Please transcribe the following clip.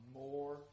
more